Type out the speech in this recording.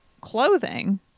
clothing